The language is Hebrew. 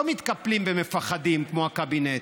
לא מתקפלים ומפחדים כמו הקבינט.